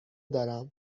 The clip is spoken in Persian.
دارم